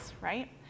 Right